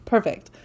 Perfect